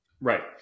Right